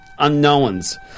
unknowns